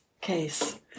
case